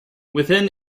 within